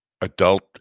adult